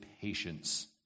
patience